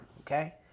okay